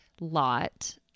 lot